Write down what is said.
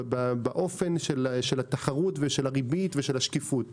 באופן של התחרות ושל הריבית ושל השקיפות.